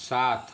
साथ